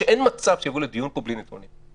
שאין מצב שיבואו לדיון פה בלי נתונים.